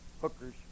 Hooker's